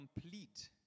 complete